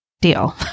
deal